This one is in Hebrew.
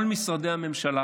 כל משרדי הממשלה